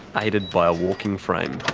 aided by a walking frame.